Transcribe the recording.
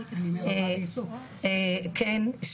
כן,